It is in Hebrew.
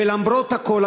ולמרות הכול,